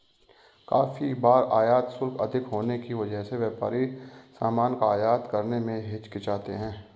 काफी बार आयात शुल्क अधिक होने की वजह से व्यापारी सामान का आयात करने में हिचकिचाते हैं